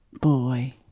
Boy